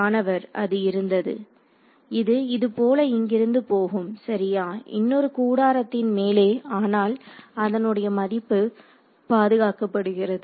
மாணவர்அது இருந்தது இது இதுபோல இங்கிருந்து போகும் சரியா இன்னொரு கூடாரத்தின் மேலே ஆனால் அதனுடைய மதிப்பு பாதுகாக்கப்படுகிறது